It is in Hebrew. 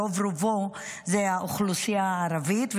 רוב-רובו זה האוכלוסייה הערבית,